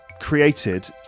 created